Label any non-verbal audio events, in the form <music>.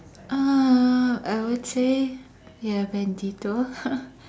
uh I would say ya Bandito <laughs>